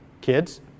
Kids